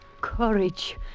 Courage